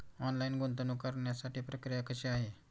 Online गुंतवणूक करण्यासाठी प्रक्रिया कशी आहे?